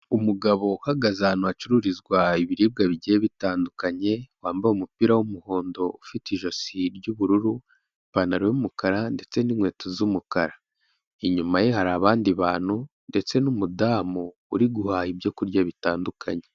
Umugabo uhagaze ahantu hacururizwa ibiribwa bigiye bitandukanye, wambaye umupira w'umuhondo ufite ijosi ry'ubururu, ipantaro y'umukara ndetse n'inkweto z'umukara, inyuma ye hari abandi bantu ndetse n'umudamu uri guhaha ibyo kurya bitandukanye.